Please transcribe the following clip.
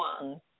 one